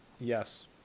Yes